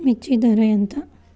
మిర్చి ధర ఎంత?